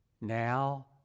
now